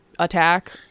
attack